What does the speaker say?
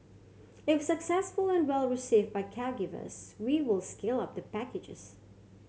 if successful and well received by caregivers we will scale up the packages